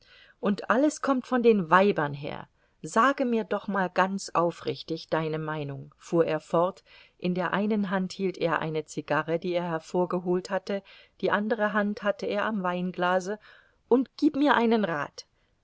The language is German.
und alles kommt von den weibern her sage mir doch mal ganz aufrichtig deine meinung fuhr er fort in der einen hand hielt er eine zigarre die er hervorgeholt hatte die andere hand hatte er am weinglase und gib mir einen rat